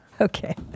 Okay